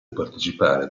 partecipare